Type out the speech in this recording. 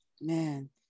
Man